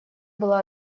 было